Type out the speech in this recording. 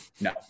No